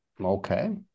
Okay